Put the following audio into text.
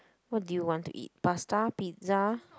what do you want to eat pasta pizza